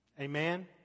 Amen